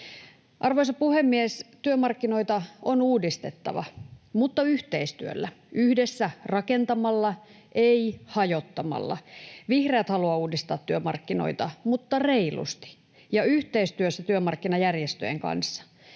Arvoisa puhemies! Työmarkkinoita on uudistettava mutta yhteistyöllä, yhdessä rakentamalla, ei hajottamalla. Vihreät haluavat uudistaa työmarkkinoita mutta reilusti ja yhteistyössä työmarkkinajärjestöjen kanssa.